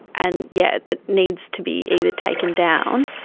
and yeah that needs to be either taken down,